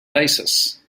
basis